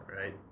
Right